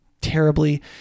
terribly